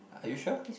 are you sure